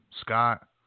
Scott